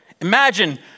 Imagine